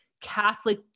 Catholic